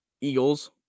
Eagles